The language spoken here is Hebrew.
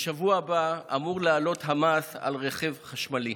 בשבוע הבא אמור לעלות המס על רכב חשמלי.